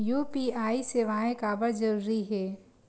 UPI सेवाएं काबर जरूरी हे?